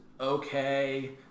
okay